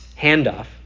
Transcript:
handoff